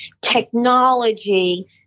technology